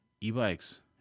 e-bikes